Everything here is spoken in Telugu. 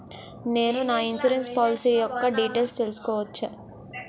నేను నా ఇన్సురెన్స్ పోలసీ యెక్క డీటైల్స్ తెల్సుకోవచ్చా?